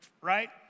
right